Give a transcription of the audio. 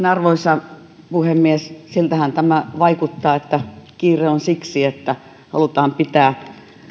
arvoisa puhemies siltähän tämä vaikuttaa että kiire on siksi että halutaan pitää